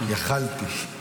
יכולתי.